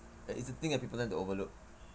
like it's a thing that people tend to overlook